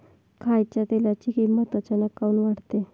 खाच्या तेलाची किमत अचानक काऊन वाढते?